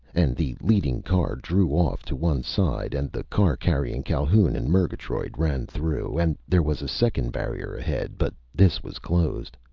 and the leading car drew off to one side and the car carrying calhoun and murgatroyd ran through, and there was a second barrier ahead, but this was closed.